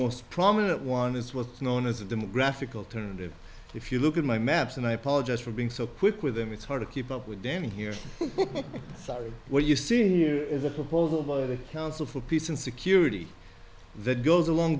most prominent one is what's known as a demographic alternative if you look at my maps and i apologize for being so quick with them it's hard to keep up with dan here sorry what you're seeing here is a proposal by the council for peace and security that goes along